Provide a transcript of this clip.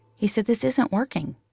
he said, this isn't working.